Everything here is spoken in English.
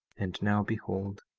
and now behold,